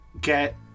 get